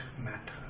matter